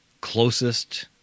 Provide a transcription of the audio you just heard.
closest